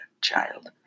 child